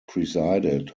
presided